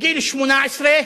בגיל 18,